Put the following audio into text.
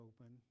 open